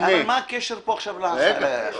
אבל מה הקשר פה עכשיו לחשדנות?